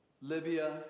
Libya